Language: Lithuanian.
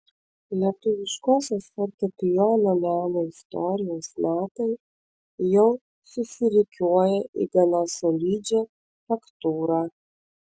lietuviškosios fortepijono meno istorijos metai jau susirikiuoja į gana solidžią faktūrą